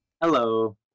Hello